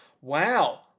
Wow